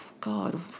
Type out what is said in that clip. God